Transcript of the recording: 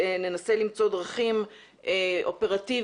ננסה למצוא דרכים אופרטיביות,